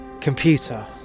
computer